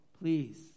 please